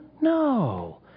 No